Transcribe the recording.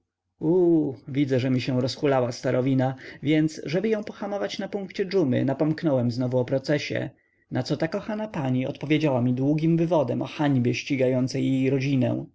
widzę że mi się rozhulała starowina więc żeby ją pohamować na punkcie dżumy napomknąłem znowu o procesie naco ta kochana pani odpowiedziała mi długim wywodem o hańbie ścigającej jej rodzinę